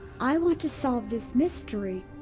i want to solve this mystery!